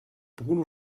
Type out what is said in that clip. bruno